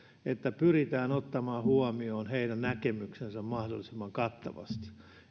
että pyritään ottamaan huomioon heidän näkemyksensä mahdollisimman kattavasti